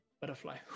Butterfly